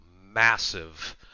massive